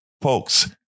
Folks